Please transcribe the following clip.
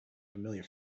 familiar